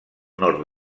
nord